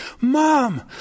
Mom